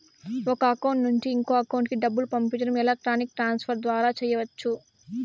ఒక అకౌంట్ నుండి ఇంకో అకౌంట్ కి డబ్బులు పంపించడం ఎలక్ట్రానిక్ ట్రాన్స్ ఫర్ ద్వారా చెయ్యచ్చు